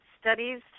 studies